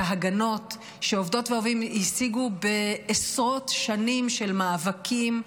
ההגנות שעובדות ועובדים השיגו בעשרות שנים של מאבקים,